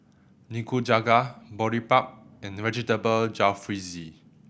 Nikujaga Boribap and Vegetable Jalfrezi